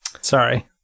sorry